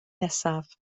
nesaf